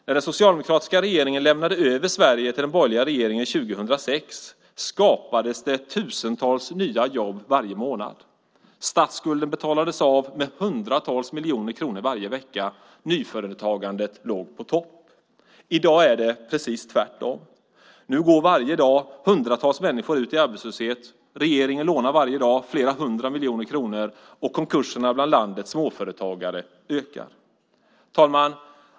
När den socialdemokratiska regeringen lämnade över Sverige till den borgerliga regeringen 2006 skapades tusentals nya jobb varje månad, statsskulden betalades av med hundratals miljoner kronor varje vecka, och nyföretagandet låg på topp. I dag är det precis tvärtom. Nu går hundratals människor ut i arbetslöshet varje dag. Regeringen lånar varje dag flera hundra miljoner kronor, och konkurserna bland landets småföretagare ökar. Herr talman!